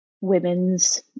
women's